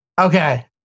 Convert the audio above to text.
Okay